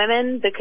women